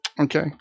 okay